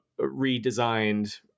redesigned